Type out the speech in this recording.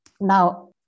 Now